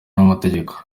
n’amategeko